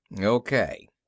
Okay